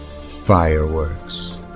fireworks